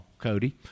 Cody